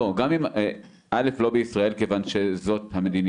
ראשית כל לא בישראל, כיוון שזאת המדיניות.